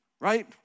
Right